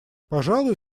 пожалуй